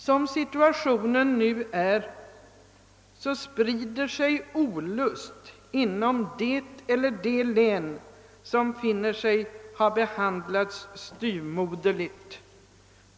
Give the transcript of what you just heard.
Som situationen nu är sprider sig olust inom det eller de län som finner sig ha behandlats styvmoderligt.